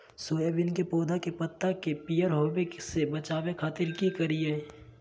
Soybean के पौधा के पत्ता के पियर होबे से बचावे खातिर की करिअई?